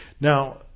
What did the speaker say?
Now